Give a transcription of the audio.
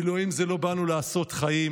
מילואים זה לא "באנו לעשות חיים".